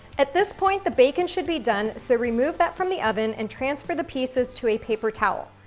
at this point, the bacon should be done, so remove that from the oven and transfer the pieces to a paper towel.